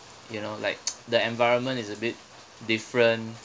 you know like the environment is a bit different